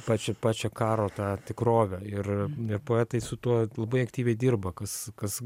pačią pačią karo tą tikrovę ir poetai su tuo labai aktyviai dirba kas kas